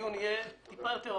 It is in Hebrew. הדיון יהיה טיפה יותר רחב.